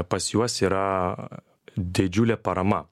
pas juos yra didžiulė parama